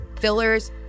fillers